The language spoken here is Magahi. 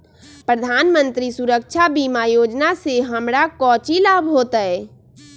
प्रधानमंत्री सुरक्षा बीमा योजना से हमरा कौचि लाभ होतय?